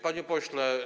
Panie Pośle!